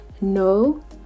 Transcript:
no